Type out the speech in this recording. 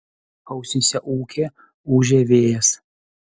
ausyse ūkė ūžė vėjas